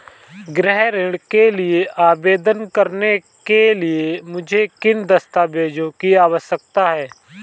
गृह ऋण के लिए आवेदन करने के लिए मुझे किन दस्तावेज़ों की आवश्यकता है?